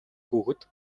хүүхэд